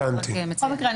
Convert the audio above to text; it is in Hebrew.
בכל מקרה,